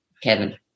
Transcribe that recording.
Kevin